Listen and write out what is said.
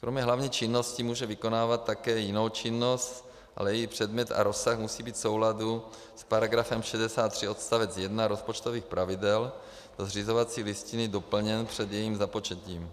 Kromě hlavní činnosti může vykonávat také jinou činnost, ale její předmět a rozsah musí být v souladu s § 63 odst. 1 rozpočtových pravidel do zřizovací listiny doplněn před jejím započetím.